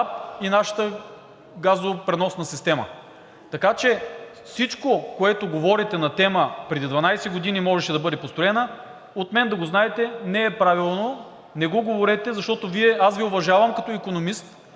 и нашата газопреносна система. Така че всичко, което говорите на тема: преди 12 години можеше да бъде построена, от мен да го знаете, не е правилно. Не го говорете, защото аз Ви уважавам като икономист,